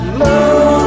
love